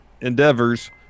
endeavors